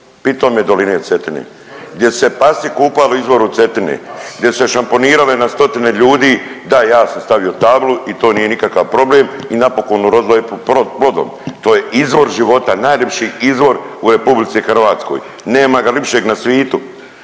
pitome doline Cetine gdje su se Japanci kupali u izvoru Cetine, gdje su se šamponirali na stotine ljudi. Da, ja sam stavio tablu i to nije nikakav problem i napokon urodilo je plodom. To je izvor života, najljepši izvor u Republici Hrvatskoj. Nema ga lipšeg na svitu.